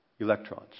Electrons